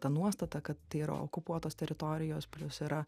ta nuostata kad tai yra okupuotos teritorijos plius yra